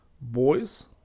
Boys